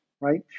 right